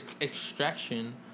extraction